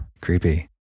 Creepy